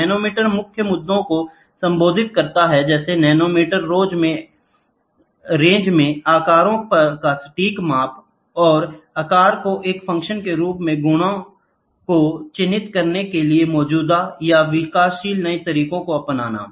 nanometre मुख्य मुद्दों को संबोधित करता है जैसे नैनोमीटर रेंज में आकारों का सटीक माप और आकार को एक फंक्शन के रूप में गुणों को चिह्नित करने के लिए मौजूदा या विकासशील नए तरीकों को अपनाना